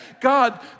God